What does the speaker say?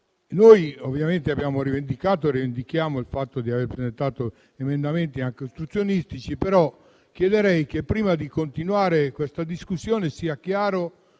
Noi ovviamente abbiamo rivendicato e rivendichiamo il fatto di aver presentato emendamenti anche ostruzionistici, però chiederei che, prima di continuare questa discussione, sia chiaro